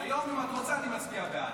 היום, אם את רוצה, אני מצביע בעד.